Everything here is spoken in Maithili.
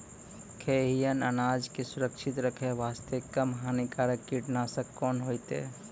खैहियन अनाज के सुरक्षित रखे बास्ते, कम हानिकर कीटनासक कोंन होइतै?